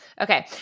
Okay